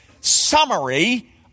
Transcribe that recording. summary